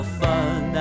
fun